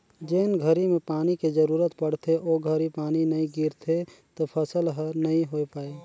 जेन घरी में पानी के जरूरत पड़थे ओ घरी पानी नई गिरथे त फसल हर नई होय पाए